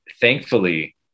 thankfully